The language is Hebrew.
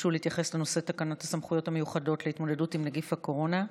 שביקשו להתייחס לנושא תקנות סמכויות מיוחדות להתמודדות עם נגיף הקורונה.